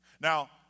Now